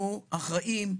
אנחנו אחראים,